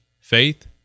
faith